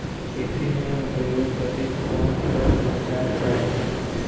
खेती में उपयोग बदे कौन कौन औजार चाहेला?